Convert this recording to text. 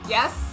Yes